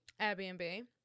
Airbnb